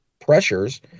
pressures